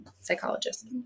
psychologist